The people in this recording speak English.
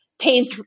pain